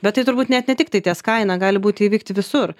bet tai turbūt net ne tiktai ties kaina gali būti įvykti visur